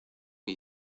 que